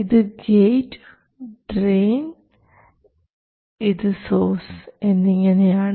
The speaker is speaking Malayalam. ഇത് ഗേറ്റ് ഇതു ഡ്രെയിൻ ഇത് സോഴ്സ് എന്നിങ്ങനെയാണ്